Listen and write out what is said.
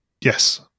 Yes